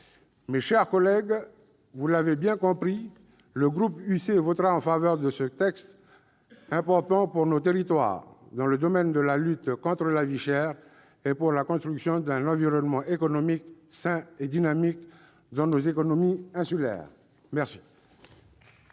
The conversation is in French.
Mes chers collègues, vous l'aurez compris, le groupe Union Centriste votera en faveur de l'adoption de ce texte important pour nos territoires dans le domaine de la lutte contre la vie chère et pour la construction d'un environnement économique sain et dynamique pour nos économies insulaires. La